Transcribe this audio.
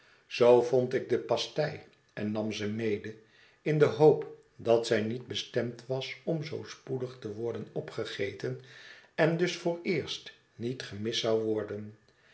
zoo vond ik de pastei en nam ze mede in de hoop dat zij niet bestemd was om zoo spoedig te worden opgegeten en dus vooreerst niet gemist zou worden